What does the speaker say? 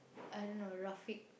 I don't know Rafiq